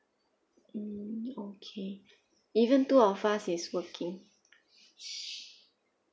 mm okay even two of us is working